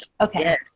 Okay